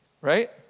Right